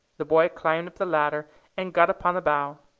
the boy climbed up the ladder and got upon the bough.